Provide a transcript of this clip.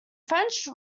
french